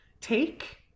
take